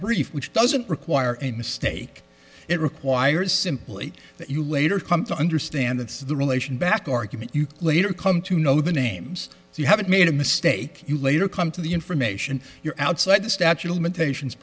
brief which doesn't require a mistake it requires simply that you later come to understand that's the relation back argument you later come to know the names you haven't made a mistake you later come to the information you're outside the statute of limitations